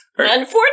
Unfortunately